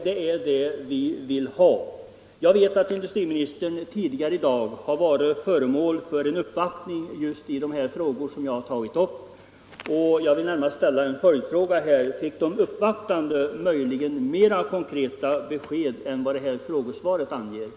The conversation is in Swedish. Det är sådana de vill ha. Jag vet att industriministern tidigare i dag har tagit emot en uppvaktning i dessa frågor och jag vill därför ställa en följdfråga: Fick de uppvaktande möjligen ett: mer konkret besked än det som ges i svaret på min fråga?